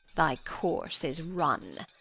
thy course is run,